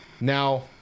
Now